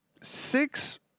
six